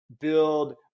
build